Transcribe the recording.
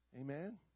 Amen